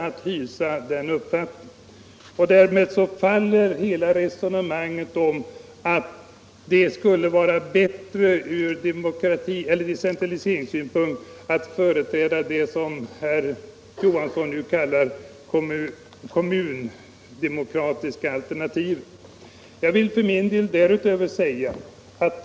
Därmed faller också hela resonemanget om att det som herr Johansson i Trollhättan nu kallar det kommunaldemokratiska alternativet skulle vara bättre från decentraliseringssynpunkt.